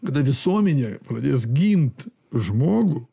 kada visuomenė pradės gint žmogų